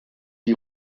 die